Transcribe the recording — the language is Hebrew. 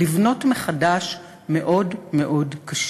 לבנות מחדש, מאוד מאוד קשה.